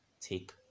take